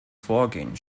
vorgehen